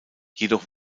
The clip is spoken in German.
jedoch